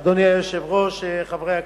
אדוני היושב-ראש, חברי הכנסת,